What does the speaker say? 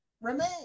Remain